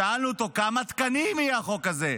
שאלנו אותו כמה תקנים יהיה החוק הזה,